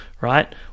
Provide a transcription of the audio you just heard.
right